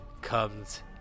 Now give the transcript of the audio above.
comes